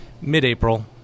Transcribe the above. Mid-April